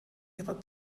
ihrer